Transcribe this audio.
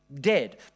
dead